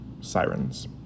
Sirens